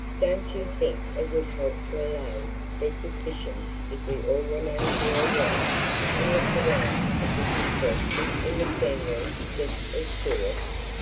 don't you think it would help to allay their suspicions if we all remained here a while and looked around as if interested in the scenery just as tourists?